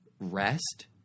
rest